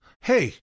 Hey